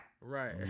right